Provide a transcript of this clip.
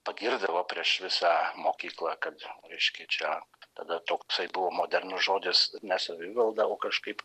pagirdavo prieš visą mokyklą kad reiškia čia tada toksai buvo modernus žodis nes gaudavo kažkaip